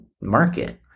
market